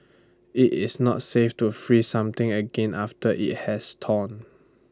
IT is not safe to freeze something again after IT has torn